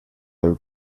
del